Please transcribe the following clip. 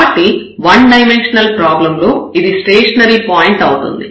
కాబట్టి one dimensional problem లో ఇది స్టేషనరీ పాయింట్ అవుతుంది